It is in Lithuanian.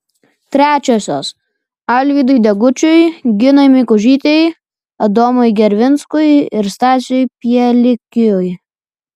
trečiosios alvydui degučiui ginai mikužytei adomui gervinskui ir stasiui pielikiui